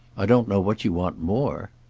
i don't know what you want more.